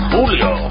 Julio